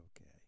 okay